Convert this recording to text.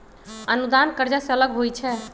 अनुदान कर्जा से अलग होइ छै